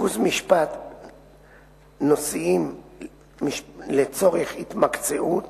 ריכוז נושאים משפטיים לצורך התמקצעות